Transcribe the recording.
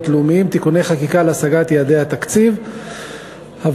לאומיים (תיקוני חקיקה להשגת יעדי התקציב לשנים 2013 ו-2014).